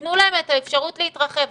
תנו להם את האפשרות להתרחב.